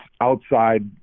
outside